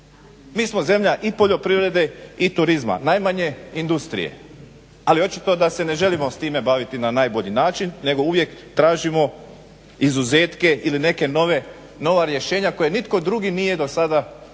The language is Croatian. Mi smo zemlja i poljoprivrede, i turizma, najmanje industrije ali očito da se ne želimo s time baviti na najbolji način, nego uvijek tražimo izuzetke ili neke nove, nova rješenja koja nitko drugi nije do sada vidio.